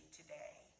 today